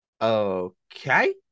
Okay